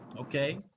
Okay